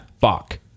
fuck